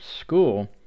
school